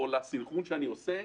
או לסנכרון שאני עושה,